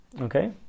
okay